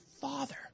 father